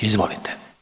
Izvolite.